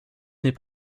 n’est